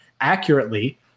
accurately